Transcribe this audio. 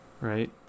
right